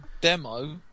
demo